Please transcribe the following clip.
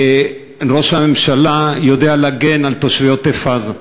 ראש הממשלה יודע להגן על תושבי עוטף-עזה,